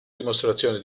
dimostrazione